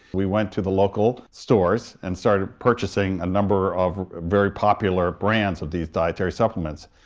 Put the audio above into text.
we went to the local stores and started purchasing a number of very popular brands of these dietary supplements,